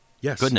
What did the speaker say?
yes